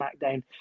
smackdown